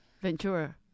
Ventura